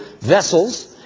vessels